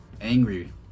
Angry